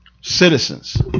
citizens